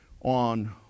on